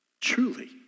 Truly